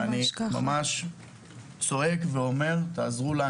אני ממש זועק ומבקש מכם לעזור לנו